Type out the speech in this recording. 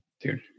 Dude